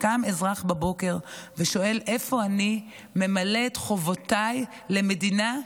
שקם אזרח בבוקר ושואל: איפה אני ממלא את חובותיי למדינה,